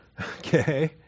Okay